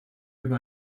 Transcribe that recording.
über